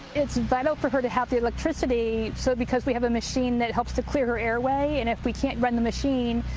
it is vital for her to have electricity so because we have a machine that helps to clear her airway. and if we can't run the machine,